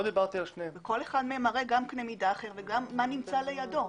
כל אחד מהם מראה קנה מידה אחר וגם מה נמצא לידו.